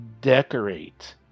decorate